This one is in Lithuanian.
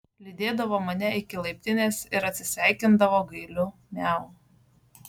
lydėdavo mane iki laiptinės ir atsisveikindavo gailiu miau